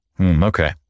Okay